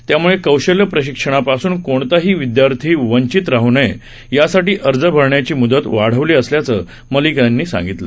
त्यामुळे कौशल्य प्रशिक्षणापासून कोणताही विद्यार्थी वंचित राह नये यासाठी अर्ज भरण्याची मुदत वाढवली असल्याचं मलिक यांनी सांगितलं